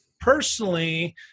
personally